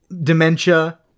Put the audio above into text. dementia